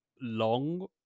long